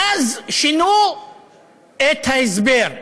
ואז שינו את ההסבר,